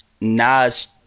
Nas